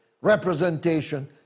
representation